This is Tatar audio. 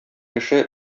кеше